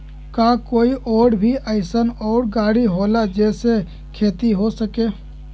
का कोई और भी अइसन और गाड़ी होला जे से खेती हो सके?